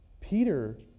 Peter